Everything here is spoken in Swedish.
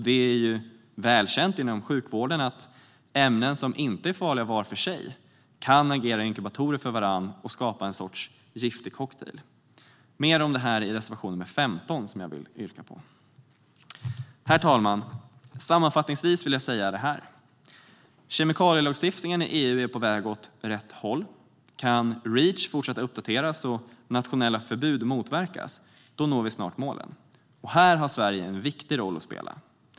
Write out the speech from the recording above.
Det är ju välkänt inom sjukvården att ämnen som inte är farliga var för sig kan agera inkubatorer för varandra och skapa en sorts giftig cocktail. Mer om detta finns i reservation 15, som jag härmed yrkar bifall till. Herr talman! Sammanfattningsvis vill jag säga följande. Kemikalielagstiftningen i EU är på väg åt rätt håll. Kan Reach fortsätta uppdateras och nationella förbud motverkas når vi snart målen. Här har Sverige en viktig roll att spela.